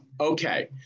Okay